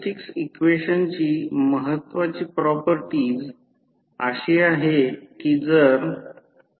म्हणून मूळ प्रतिबाधा Z असेल जेव्हा मूळ प्रतिबाधाला Z B असे म्हणतात तर ते V2I2 flअसेल